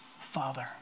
Father